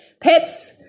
Pets